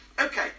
Okay